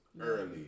early